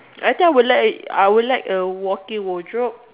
I think I would like I would like a walking wardrobe